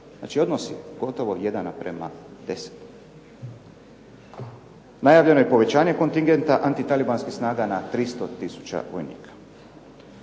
Znači, odnos je gotovo 1 naprema 10. Najavljeno je pojačanje kontingenta antitalibanskih snaga na 300 tisuća vojnika.